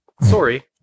Sorry